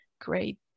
great